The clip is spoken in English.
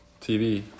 TV